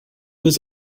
was